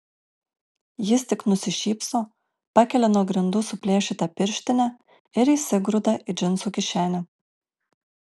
jis tik nusišypso pakelia nuo grindų suplėšytą pirštinę ir įsigrūda į džinsų kišenę